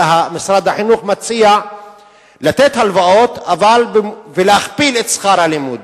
אבל משרד החינוך מציע לתת הלוואות ולהכפיל את שכר הלימוד.